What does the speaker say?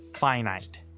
finite